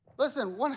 Listen